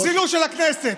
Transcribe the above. זילות של הכנסת,